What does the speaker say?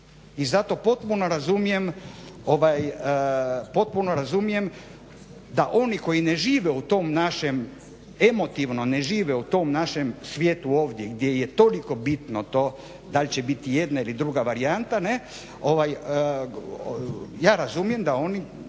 potpuno razumijem da oni koji ne žive u tom našem, emotivno ne žive u tom našem svijetu ovdje gdje je toliko bitno to da li će biti jedna ili druga varijanta, ja razumijem da oni